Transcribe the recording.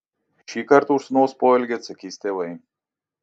šį kartą už sūnaus poelgį atsakys tėvai